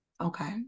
Okay